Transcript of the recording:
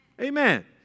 Amen